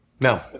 No